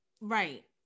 right